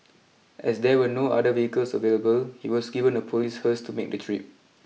as there were no other vehicles available he was given a police hearse to make the trip